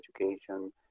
education